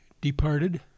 departed